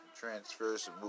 transfers